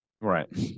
Right